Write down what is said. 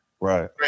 Right